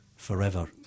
forever